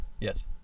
Yes